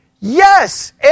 Yes